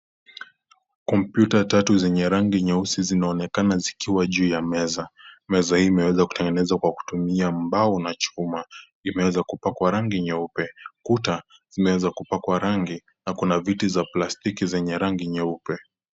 Kompyuta tatu zenye rangi nyeusi zinaonekana zikiwq juu ya meza, meza hii imeweza kutengenezwa kwa kutumia mbao na chuma, imeweza kupakwa rangi nyeupe, kuta zimeweza kupakwa rangi na kuna viti za plastiki zenye rangi nyeupe.